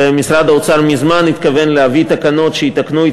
ומשרד האוצר מזמן התכוון להביא תקנות שיתקנו את